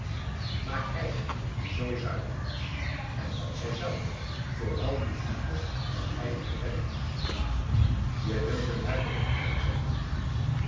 maar hij die zoo zuinig was en dan zij zelf vooral niet minder dan hij op de penning je wilt hem daar toch niet heen zenden